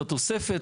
את התופסת.